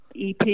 EP